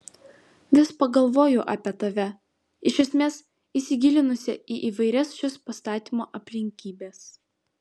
vis pagalvoju apie tave iš esmės įsigilinusią į įvairias šios pastatymo aplinkybes